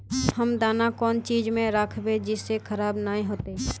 हम दाना कौन चीज में राखबे जिससे खराब नय होते?